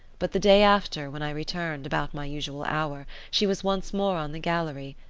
but the day after, when i returned, about my usual hour, she was once more on the gallery,